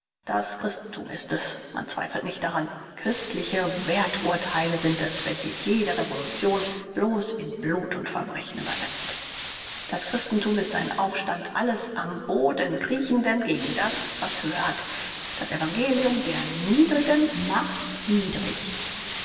das christenthum ist es man zweifle nicht daran christliche werthurtheile sind es welche jede revolution bloß in blut und verbrechen übersetzt das christenthum ist ein aufstand alles am boden kriechenden gegen das was höhe hat das evangelium der niedrigen macht niedrig